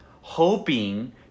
hoping